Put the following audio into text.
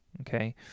Okay